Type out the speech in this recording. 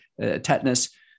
tetanus